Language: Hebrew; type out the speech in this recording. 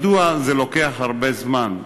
מדוע זה לוקח הרבה זמן?